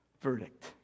verdict